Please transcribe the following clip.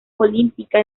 olímpica